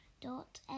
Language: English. dot